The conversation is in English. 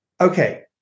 okay